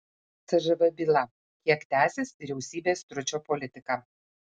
cžv byla kiek tęsis vyriausybės stručio politika